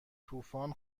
طوفان